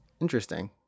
Interesting